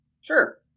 Sure